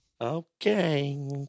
Okay